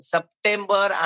September